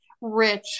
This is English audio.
rich